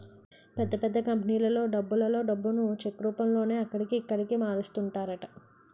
పెద్ద పెద్ద కంపెనీలలో డబ్బులలో డబ్బును చెక్ రూపంలోనే అక్కడికి, ఇక్కడికి మారుస్తుంటారట